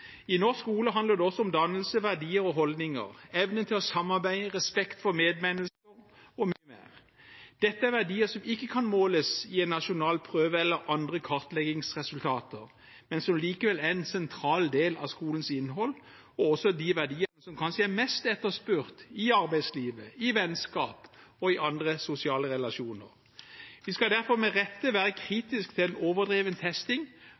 I norsk skole handler det også om dannelse, verdier og holdninger, evnen til å samarbeide, respekt for medmennesker og mye mer. Dette er verdier som ikke kan måles i en nasjonal prøve eller andre kartleggingsresultater, men som likevel er en sentral del av skolens innhold og også de verdier som kanskje er mest etterspurt i arbeidslivet, i vennskap og i andre sosiale relasjoner. Vi skal derfor med rette være kritisk til en overdreven testing,